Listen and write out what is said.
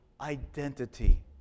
identity